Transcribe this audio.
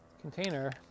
container